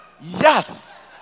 Yes